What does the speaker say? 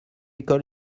école